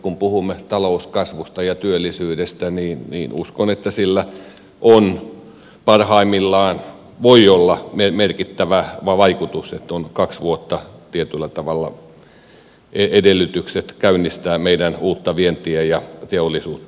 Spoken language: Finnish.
kun puhumme talouskasvusta ja työllisyydestä niin uskon että sillä parhaimmillaan voi olla merkittävä vaikutus että on kaksi vuotta tietyllä tavalla edellytykset käynnistää meidän uutta vientiä ja teollisuutta